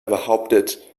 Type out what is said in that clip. behauptet